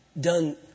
done